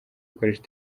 gukoresha